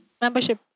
membership